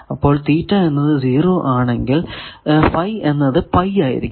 അപ്പോൾ തീറ്റ എന്നത് 0 ആണെങ്കിൽ ഫൈ എന്നത് ആയിരിക്കും